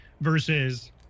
versus